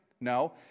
No